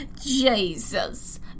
Jesus